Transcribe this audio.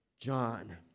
John